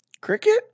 Cricket